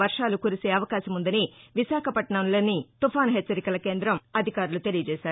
వర్షాలు కురిసే అవకాశముందని విశాఖపట్టణంలోని తుపాన్ హెచ్చరికల కేందం అధికారులు తెలియజేశారు